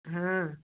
हाँ